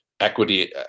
Equity